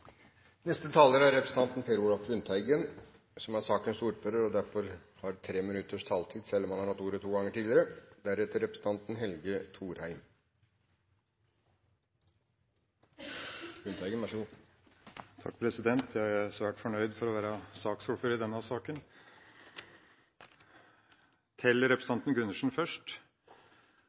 Neste taler er representanten Per Olaf Lundteigen, som er sakens ordfører og derfor har 3 minutters taletid, selv om han har hatt ordet to ganger tidligere. Jeg er svært fornøyd med å være saksordfører i denne saken. Først til representanten Gundersen: